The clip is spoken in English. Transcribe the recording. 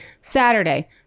Saturday